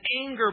anger